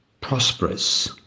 prosperous